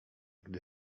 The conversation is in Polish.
gdy